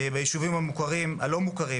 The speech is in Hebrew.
והיישובים הלא מוכרים,